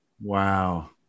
Wow